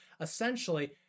essentially